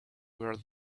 where